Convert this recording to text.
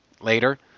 Later